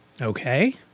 Okay